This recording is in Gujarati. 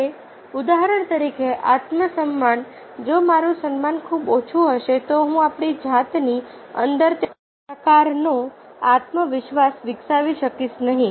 હવે ઉદાહરણ તરીકે આત્મસન્માન જો મારું સન્માન ખૂબ ઓછું હશે તો હું આપણી જાતની અંદર તે પ્રકારનો આત્મવિશ્વાસ વિકસાવી શકીશ નહીં